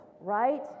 right